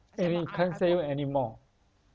and they can't sell you anymore